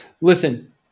listen